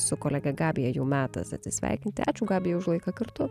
su kolege gabija jau metas atsisveikinti ačiū gabija už laiką kartu